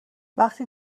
وقتی